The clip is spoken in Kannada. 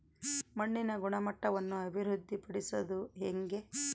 ಮಣ್ಣಿನ ಗುಣಮಟ್ಟವನ್ನು ಅಭಿವೃದ್ಧಿ ಪಡಿಸದು ಹೆಂಗೆ?